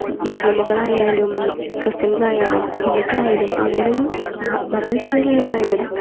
മുസ്ലിമുകളായാലും ക്രിസ്ത്യൻസായാലും ഹിന്ദുക്കളായാലും അങ്ങനെ ഒരു മതം ഇതുവല്ല ഞാൻ പറയുന്നത്